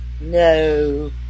no